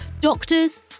doctors